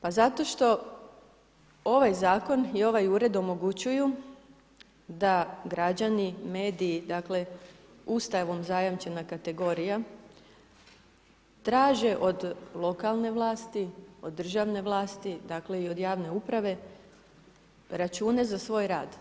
Pa zato što ovaj Zakon i ovaj Ured omogućuju da građani, mediji, dakle, ustavom zajamčena kategorija, traže od lokalne vlasti, od državne vlasti, dakle, i od javne uprave, račune za svoj rad.